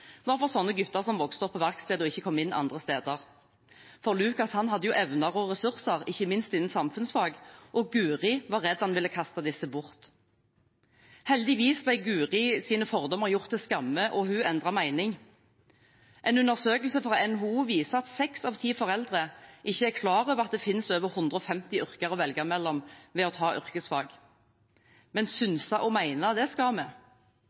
var for sånne gutter som vokste opp på verksted og ikke kom inn andre steder. Lukas hadde jo evner og ressurser, ikke minst innen samfunnsfag, og Guri var redd han ville kaste disse bort. Heldigvis ble Guris fordommer gjort til skamme, og hun endret mening. En undersøkelse fra NHO viser at seks av ti foreldre ikke er klar over at det finnes over 150 yrker å velge mellom ved å ta yrkesfag. Men synse og mene – det skal vi.